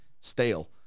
stale